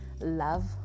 love